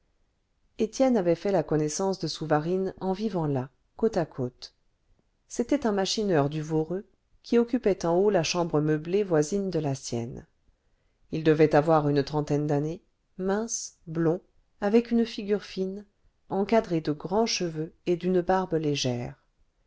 étienne avait fait la connaissance de souvarine en vivant là côte à côte c'était un machineur du voreux qui occupait en haut la chambre meublée voisine de la sienne il devait avoir une trentaine d'années mince blond avec une figure fine encadrée de grands cheveux et d'une barbe légère